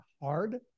hard